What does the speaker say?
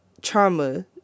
trauma